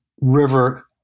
river